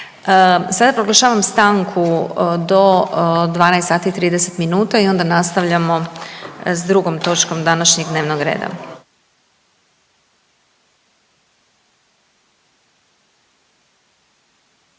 Sada proglašavam stanku do 12,30 sati, onda nastavljamo s drugom točkom današnjeg dnevnog reda.